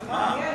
על מה?